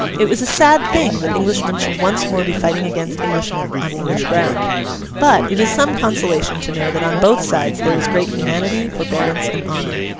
it was a sad thing that englishmen should once more be fighting against englishmen on english ground but, it is some consolation to know that on both sides there was great humanity, forbearance, and honour.